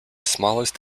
smallest